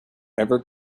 ever